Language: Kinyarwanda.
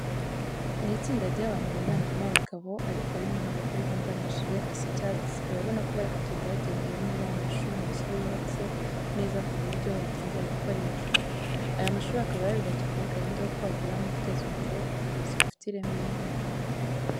Ni itsinda ry'abantu biganjemo abagabo ariko harimo n'abagore, bambaye amajire asa icyatsi urabona ko bari kugenda bagenzura niba aya mashuri mashya yubatse neza ku buryo yatangira gukoreshwa. Aya mashuri akaba yarubatswe muri gahunda yo kwagura no guteza imbere uburezi bufite ireme mu Rwanda.